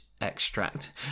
extract